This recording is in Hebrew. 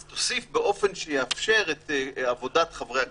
אז תוסיף: "באופן שיאפשר את עבודת חברי הכנסת".